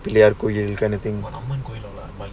பிள்ளையார்கோயில்:pillayaar koyil kind of thing